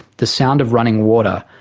the sound of running water,